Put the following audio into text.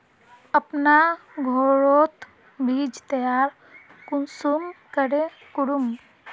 अपना घोरोत बीज तैयार कुंसम करे करूम?